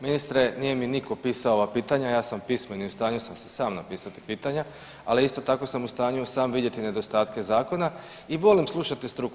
Ministre nije mi nitko pisao ova pitanja, ja sam pismen i u stanju sam si sam napisati pitanja, ali isto tako sam u stanju i sam vidjeti nedostatke zakona i volim slušati struku.